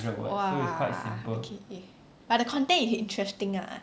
!wah! okay but the content interesting lah